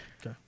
Okay